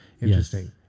interesting